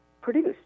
produced